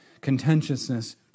contentiousness